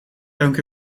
dank